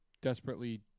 desperately